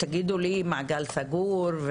תגידו לי מעגל סגור,